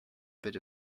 bit